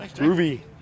Ruby